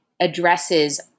addresses